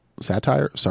Satire